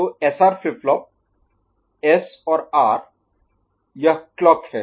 तो SR flip flop S और R यह क्लॉक है